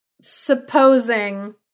supposing